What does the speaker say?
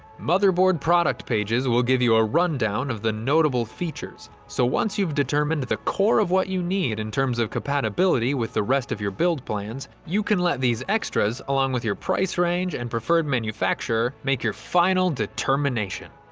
motherboard product pages will give you a rundown of the notable features so once you've determined the core of what you need in terms of compatibility with the rest of your build plans you can let these extras along with your price range and preferred manufacture make your final determination.